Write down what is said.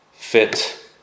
fit